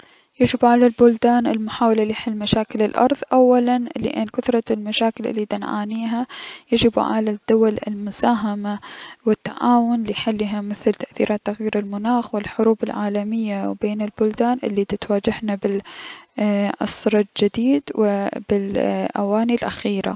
يجب على البلدان المحاولة لحل مشاكل الأرض اولا لأن كثرة المشاكل الي دنعانيها، يجب على الدول المساهمة و التعاون لحلها مثل تأثيرات تغيير المناخ و الحروب العالمية بين البلدان الي دتواجهنا ب اي- العصر الجديد و ب اي- لأواني الأخيرة.